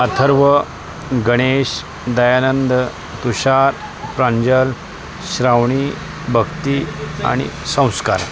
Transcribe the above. अथर्व गणेश दयानंद तुषार प्रांजल श्रावणी भक्ती आणि संस्कार